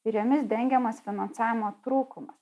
ir jomis dengiamas finansavimo trūkumas